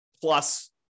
plus